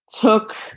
took